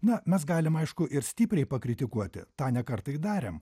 na mes galim aišku ir stipriai pakritikuoti tą ne kartą ir darėm